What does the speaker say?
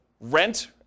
rent